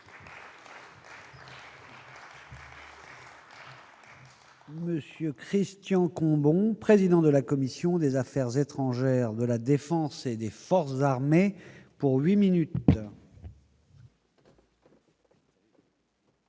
Monsieur Christian Courbon, président de la commission des affaires étrangères de la Défense et des forces armées pour 8 minutes.